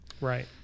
Right